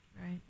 Right